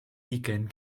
ugain